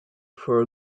for